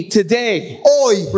today